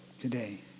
today